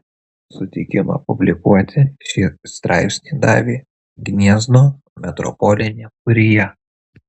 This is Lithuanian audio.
sutikimą publikuoti šį straipsnį davė gniezno metropolinė kurija